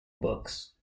books